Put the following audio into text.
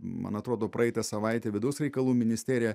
man atrodo praeitą savaitę vidaus reikalų ministerija